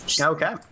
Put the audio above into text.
Okay